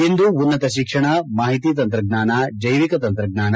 ಇಂದು ಉನ್ನತ ಶಿಕ್ಷಣ ಮಾಹಿತಿ ತಂತ್ರಜ್ಞಾನ ಜ್ವೆವಿಕ ತಂತ್ರಜ್ಞಾನ